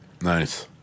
Nice